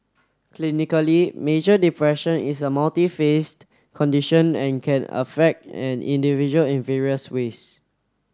clinically major depression is a multifaceted condition and can affect an individual in various ways